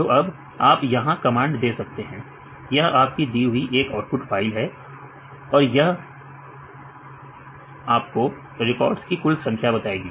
तो अब आप यहां कमांड दे सकते हैं यह आपकी दी हुई एक आउटपुट फाइल है और यह आपको रिकॉर्ड्स की कुल संख्या बताएगी